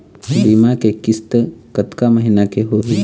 बीमा के किस्त कतका महीना के होही?